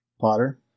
potter